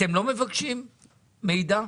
אתם לא מבקשים מידע?